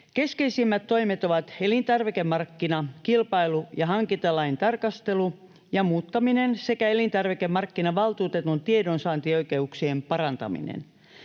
Keskeisimmät toimet ovat elintarvikemarkkina-, kilpailu- ja hankintalain tarkastelu ja muuttaminen sekä elintarvikemarkkinavaltuutetun tiedonsaantioikeuksien parantaminen.